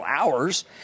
hours